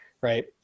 right